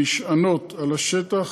הנשענות על השטח,